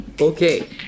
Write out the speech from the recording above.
Okay